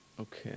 Okay